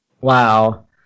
Wow